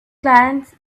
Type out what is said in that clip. glance